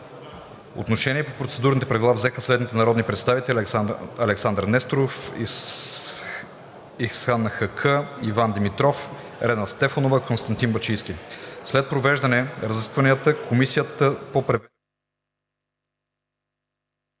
Отношение по процедурните правила взеха следните народни представители: Александър Несторов, Ихсан Хаккъ, Иван Димитров, Рена Стефанова, Константин Бачийски. След проведените разисквания Комисията по превенция